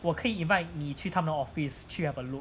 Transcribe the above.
我可以 invite 你去他们的 office 去 have a look